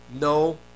No